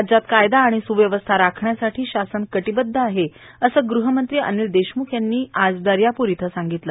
राज्यात कायदा व सुव्यवस्था राखण्यासाठी शासन कटिबदध आहे असे गृह मंत्री अनिल देशम्ख यांनी आज दर्यापूर इथं सांगितलं